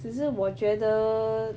只是我觉得